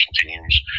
teams